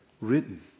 written